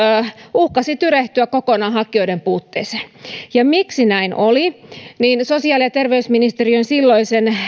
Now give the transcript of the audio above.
uhkasi tyrehtyä kokonaan hakijoiden puutteeseen miksi näin oli sosiaali ja terveysministeriön silloisen